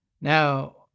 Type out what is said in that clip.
Now